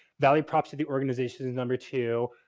valley props to the organization is number two,